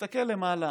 יסתכל למעלה